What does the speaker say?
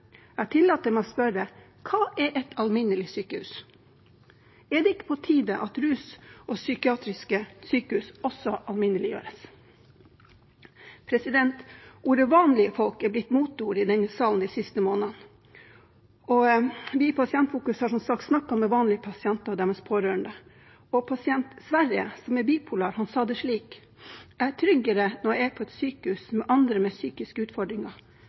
Jeg tillater meg å spørre: Hva er et alminnelig sykehus? Er det ikke på tide at rus og psykiatri også alminneliggjøres? Ordene «vanlige folk» er blitt moteord i denne salen de siste månedene, og vi i Pasientfokus har, som sagt, snakket med vanlige pasienter og deres pårørende. Pasienten Sverre, som er bipolar, sa det slik: Jeg er tryggere når jeg er på et sykehus med andre med psykiske utfordringer.